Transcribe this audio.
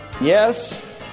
Yes